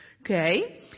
okay